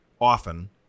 often